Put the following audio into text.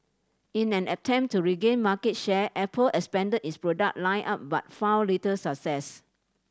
in an attempt to regain market share Apple expanded its product line up but found little success